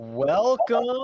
Welcome